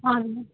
हजुर